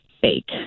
fake